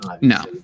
No